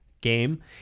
game